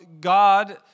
God